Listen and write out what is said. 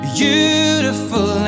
beautiful